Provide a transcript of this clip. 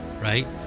right